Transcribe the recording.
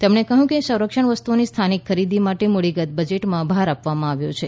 તેમણે કહ્યું સંરક્ષણ વસ્તુઓની સ્થાનિક ખરીદી માટે મૂડીગત બજેટમાં ભાર આપવામાં આવ્યો છે